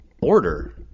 order